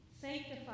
Sanctify